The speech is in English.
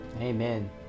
amen